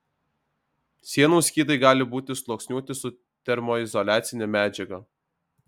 sienų skydai gali būti sluoksniuoti su termoizoliacine medžiaga